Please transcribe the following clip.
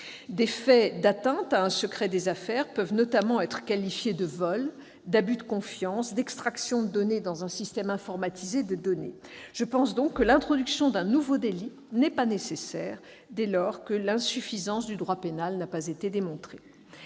Des faits d'atteinte à un secret des affaires peuvent notamment être qualifiés de vol, d'abus de confiance ou d'extraction de données dans un système informatisé de données. Je pense par conséquent que, dès lors que l'insuffisance du droit pénal n'a pas été démontrée,